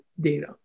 data